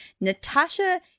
Natasha